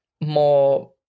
more